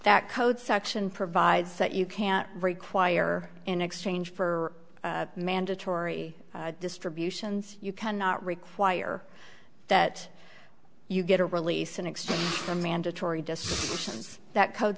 that code section provides that you can't require in exchange for mandatory distributions you cannot require that you get a release in exchange for a mandatory disk since that code